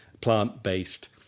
plant-based